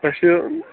اَسہِ